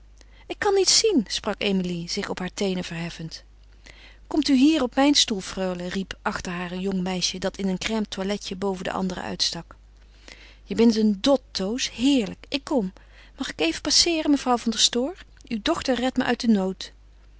ik kan niets zien sprak emilie zich op haar teenen verheffend komt u hier op mijn stoel freule riep achter haar een jong meisje dat in een crême toiletje boven de anderen uitstak je bent een dot toos heerlijk ik kom mag ik even passeeren mevrouw van der stoor uw dochter redt me uit den nood